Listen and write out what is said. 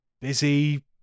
busy